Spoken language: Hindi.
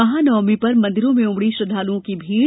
महानवमी पर मंदिरों में उमड़ी श्रद्धालुओं की भीड़